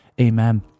Amen